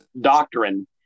doctrine –